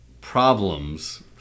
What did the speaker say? problems